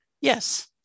Yes